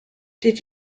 did